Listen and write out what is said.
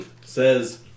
says